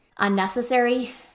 Unnecessary